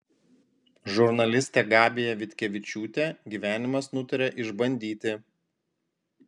žurnalistę gabiją vitkevičiūtę gyvenimas nutarė išbandyti